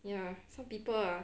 ya some people ah